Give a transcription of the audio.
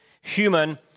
human